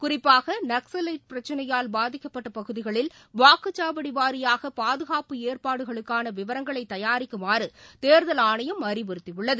குறிப்பாகநக்ஸலைட் பிரச்சினையால் பாதிக்கப்பட்டபகுதிகளில் வாக்குச்சாவடிவாரியாகபாதுகாப்பு ஏற்பாடுகளுக்கானவிவரங்களைதயாரிக்குமாறுதேர்தல் ஆணையம் அறிவுறுத்தியுள்ளது